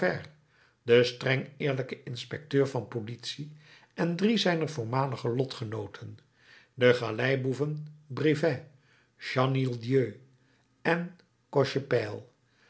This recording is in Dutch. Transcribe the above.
de streng eerlijke inspecteur van politie en drie zijner voormalige lotgenooten de galeiboeven brevet chenildieu en cochepaille